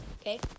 Okay